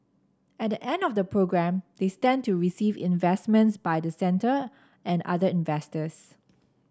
at the end of the programme they stand to receive investments by the centre and other investors